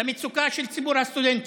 למצוקה של ציבור הסטודנטים.